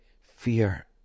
fear